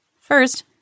First